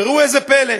וראו זה פלא,